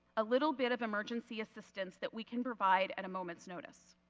a little bit of emergency assistance that we can provide at a moment's notice.